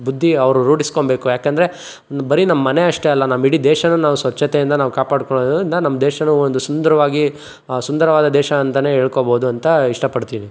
ಬುದ್ದಿ ಅವರು ರೂಡಿಸ್ಕೊಂಬೇಕು ಯಾಕಂದರೆ ಬರೀ ನಮ್ಮಮನೆ ಅಷ್ಟೇ ಅಲ್ಲ ನಮ್ಮ ಇಡೀ ದೇಶನ ನಾವು ಸ್ವಚ್ಚತೆಯಿಂದ ನಾವು ಕಾಪಾಡಿಕೊಳ್ಳೋದ್ರಿಂದ ನಮ್ಮ ದೇಶ ಒಂದು ಸುಂದರವಾಗಿ ಸುಂದರವಾದ ದೇಶ ಅಂತ ಹೇಳ್ಕೋಬೌದು ಅಂತ ಇಷ್ಟಪಡ್ತೀನಿ